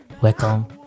Welcome